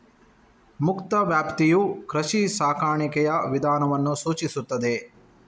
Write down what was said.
ಮುಕ್ತ ವ್ಯಾಪ್ತಿಯು ಕೃಷಿ ಸಾಕಾಣಿಕೆಯ ವಿಧಾನವನ್ನು ಸೂಚಿಸುತ್ತದೆ